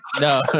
No